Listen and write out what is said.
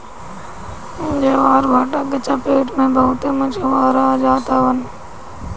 ज्वारभाटा के चपेट में बहुते मछुआरा आ जात हवन